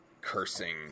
cursing